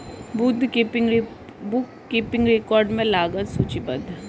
book keeping record में लागत सूचीबद्ध है